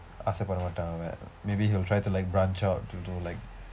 ஆசை பட மாட்டான் அவன்:aasai pada maattaan avan maybe he will try to like branch out to do like